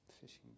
fishing